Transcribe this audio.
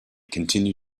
continue